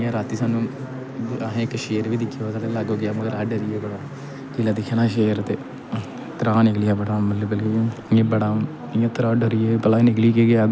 फिर आहें इक शेर बी दिक्खेआ साढ़े लागो गेआ अस डरी गे बड़ा जिसलै दिक्खेआ सेर ते त्राह् निकली आ इयां बड़ा डरिये त्राह् निकली गेआ कि आग्गूं केह् आइया केह् नेई